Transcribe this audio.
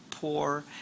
Poor